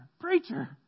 preacher